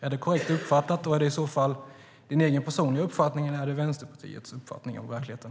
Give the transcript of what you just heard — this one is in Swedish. Är det korrekt uppfattat, och är det i så fall din personliga uppfattning eller Vänsterpartiets uppfattning av verkligheten?